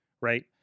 right